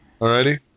alrighty